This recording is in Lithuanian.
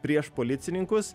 prieš policininkus